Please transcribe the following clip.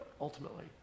ultimately